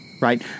right